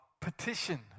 petition